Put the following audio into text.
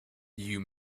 you